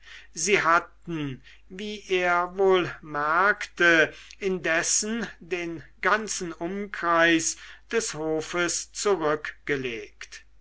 sie hatten wie er wohl merkte indessen den ganzen umkreis des hofes zurückgelegt